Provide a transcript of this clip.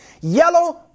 yellow